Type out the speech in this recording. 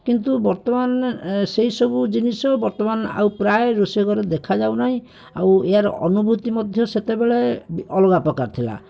କିନ୍ତୁ ବର୍ତ୍ତମାନ ସେଇସବୁ ଜିନିଷ ବର୍ତ୍ତମାନ ଆଉ ପ୍ରାୟ ରୋଷେଇଘରେ ଦେଖାଯାଉନାହିଁ ଆଉ ଏହାର ଅନୁଭୂତି ମଧ୍ୟ ସେତେବେଳେ ଅଲଗା ପ୍ରକାର ଥିଲା